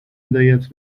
هدایت